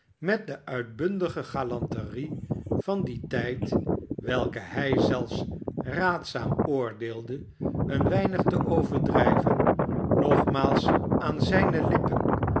met de uitbundige galanterie van dien tijd welke hij zelfs raadzaam oordeelde een weinig te overdrijven nogmaals aan zijne lippen